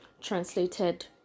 translated